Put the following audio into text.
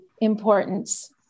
importance